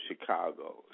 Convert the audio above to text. Chicago